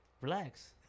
Relax